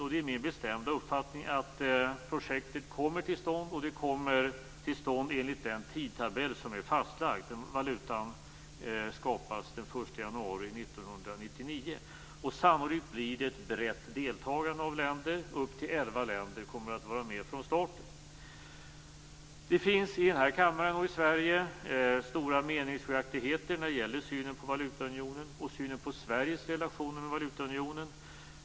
Det är min bestämda uppfattning att projektet kommer till stånd, och det kommer till stånd enligt den tidtabell som är fastlagd, dvs. valutan skapas den 1 januari 1999. Sannolikt blir det ett brett deltagande av länder. Upp till elva länder kommer att vara med från starten. Det finns stora meningsskiljaktigheter i den här kammaren och i Sverige när det gäller synen på valutaunionen och Sveriges relationer med denna.